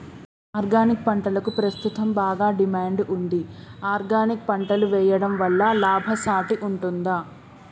Organic పంటలకు ప్రస్తుతం బాగా డిమాండ్ ఉంది ఆర్గానిక్ పంటలు వేయడం వల్ల లాభసాటి ఉంటుందా?